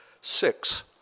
six